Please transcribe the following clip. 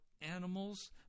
animals